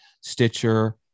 Stitcher